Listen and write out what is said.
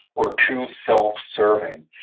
or too self-serving.